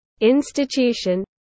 institution